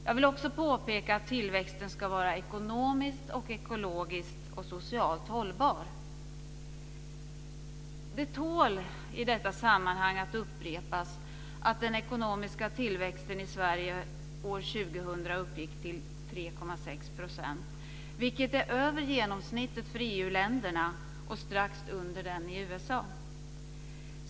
Jag vill också påpeka att tillväxten ska vara ekonomiskt, ekologiskt och socialt hållbar. I detta sammanhang tål det att upprepas att den ekonomiska tillväxten i Sverige år 2000 uppgick till 3,6 %, vilket är över genomsnittet för EU-länderna och strax under tillväxtnivån i USA.